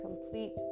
complete